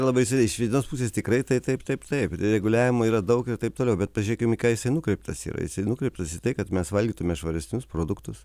labai seniai iš kitos pusės tikrai tai taip taip taip reguliavimo yra daug ir taip toliau bet pažiūrėkim į ką jis nukreiptas yra nukreiptas į tai kad mes valgytume švaresnius produktus